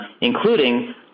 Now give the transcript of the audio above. including